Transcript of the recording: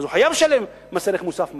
אז הוא חייב לשלם מס ערך מוסף מלא,